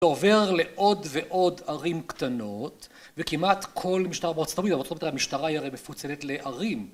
עובר לעוד ועוד ערים קטנות וכמעט כל משטרה בארצות הברית, הרי בארצות הברית המשטרה מפוצלת לערים